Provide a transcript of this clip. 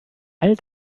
all